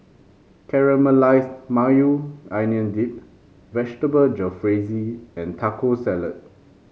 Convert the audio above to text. Caramelized Maui Onion Dip Vegetable Jalfrezi and Taco Salad